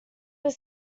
were